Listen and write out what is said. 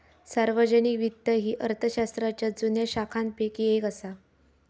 सार्वजनिक वित्त ही अर्थशास्त्राच्या जुन्या शाखांपैकी येक असा